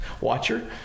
watcher